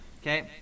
okay